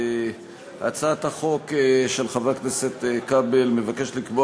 הצעת החוק של חבר הכנסת כבל מבקשת לקבוע